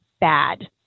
bad